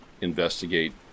investigate